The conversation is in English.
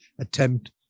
attempt